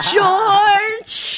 George